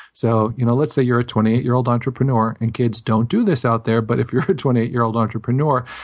so you know let's say you're a twenty eight year old entrepreneur, and kids don't do this out there, but if you're a twenty eight year old entrepreneur,